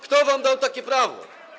Kto wam dał takie prawo?